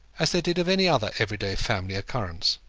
as they did of any other everyday family occurrence.